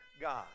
God